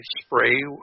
spray